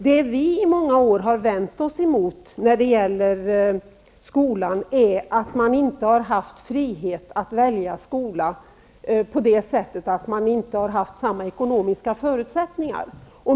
Det vi i många år har vänt oss emot i skolan är att man inte haft frihet att välja skola -- det har inte funnits samma ekonomiska förutsättningar.